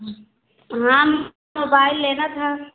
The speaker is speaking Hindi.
हं हाँ मोबाइल लेना था